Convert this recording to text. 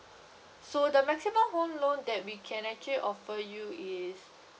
so the maximum home loan that we can actually offer you is